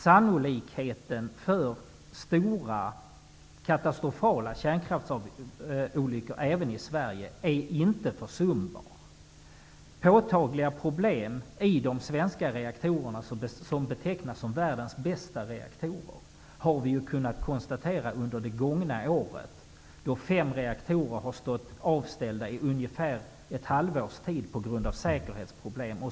Sannolikheten för stora, katastrofala kärnkraftsolyckor även i Sverige är inte försumbar. Vi har under det gångna året kunnat konstatera påtagliga problem i de svenska reaktorerna, vilka betecknas som världens bästa reaktorer, då fem reaktorer har stått avställda i ungefär ett halvårs tid på grund av säkerhetsproblem.